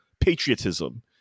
patriotism